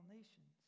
nations